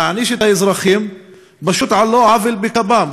להעניש את האזרחים פשוט על לא עוול בכפם.